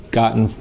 gotten